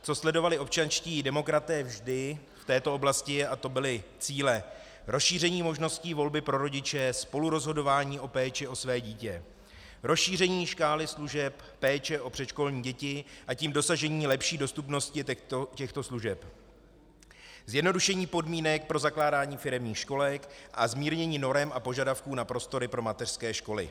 Co sledovali občanští demokraté vždy v této oblasti byly cíle: rozšíření možností volby pro rodiče, spolurozhodování o péči o své dítě, rozšíření škály služeb péče o předškolní děti, a tím dosažení lepší dostupnosti těchto služeb, zjednodušení podmínek pro zakládání firemních školek a zmírnění norem a požadavků na prostory pro mateřské školy.